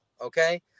okay